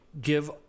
give